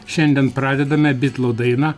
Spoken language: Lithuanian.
šiandien pradedame bitlų daina